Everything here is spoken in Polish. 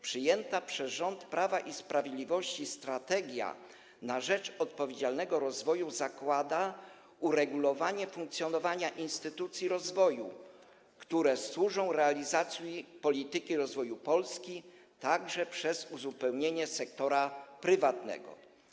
Przyjęta przez rząd PiS-u „Strategia na rzecz odpowiedzialnego rozwoju” zakłada uregulowanie funkcjonowania instytucji rozwoju, które służą realizacji polityki rozwoju Polski, także przez uzupełnienie sektora prywatnego.